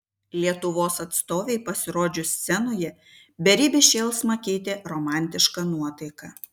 lietuvos atstovei pasirodžius scenoje beribį šėlsmą keitė romantiška nuotaika